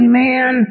man